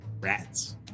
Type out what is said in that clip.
Rats